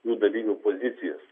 jų dalyvių pozicijas